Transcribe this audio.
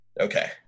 Okay